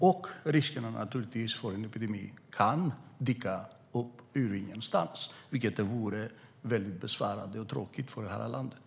Då kan riskerna för en epidemi dyka upp från ingenstans. Det vore väldigt besvärande och tråkigt för landet.